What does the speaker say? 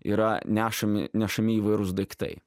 yra nešami nešami įvairūs daiktai